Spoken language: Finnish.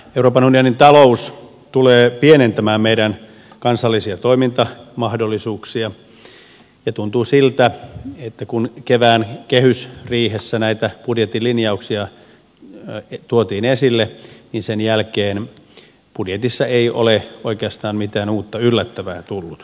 euroopan unionin talous tulee pienentämään meidän kansallisia toimintamahdollisuuksiamme ja tuntuu siltä että kun kevään kehysriihessä näitä budjetin linjauksia tuotiin esille niin sen jälkeen budjetissa ei ole oikeastaan mitään uutta yllättävää tullut